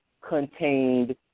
contained